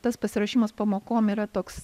tas pasiruošimas pamokom yra toks